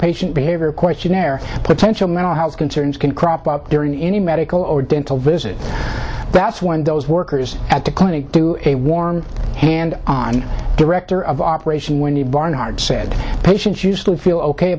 patient behavior questionnaire potential mental health concerns can crop up during any medical or dental visit that's when those workers at the clinic do a warm hand on director of operations wendy barnard said patients used to feel ok